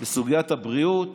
בסוגיית הבריאות,